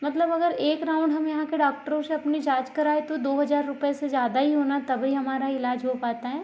मतलब अगर एक राउंड हम यहाँ के डॉक्टरों से अपनी जाँच कराएं तो दो हज़ार रुपए से ज़्यादा ही होना तभी हमारा इलाज हो पाता है